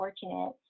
fortunate